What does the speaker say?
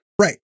Right